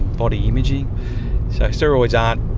body image. so steroids aren't